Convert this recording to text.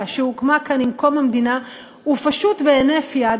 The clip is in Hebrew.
שהוקמה כאן עם קום המדינה ופשוט בהינף יד,